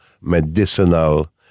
medicinal